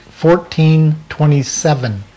14.27